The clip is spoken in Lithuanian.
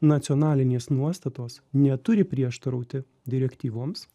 nacionalinės nuostatos neturi prieštarauti direktyvoms